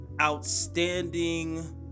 outstanding